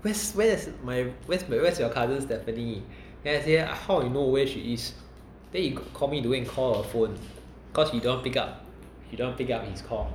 where's where's my where's where's your cousin stephanie then I say how I know where she is then he call me to go and call her phone cause she don't want to pick up she don't want pick up his call